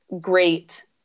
great